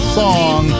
song